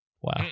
Wow